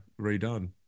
redone